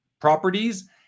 properties